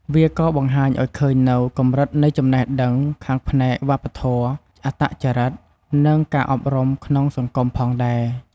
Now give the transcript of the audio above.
វាក៏បង្ហាញឲ្យឃើញនូវ កម្រិតនៃចំណេះដឹងខាងផ្នែកវប្បធម៌ អត្តចរិត និងការអប់រំក្នុងសង្គមខ្មែរផងដែរ។